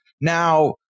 now